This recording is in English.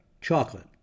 chocolate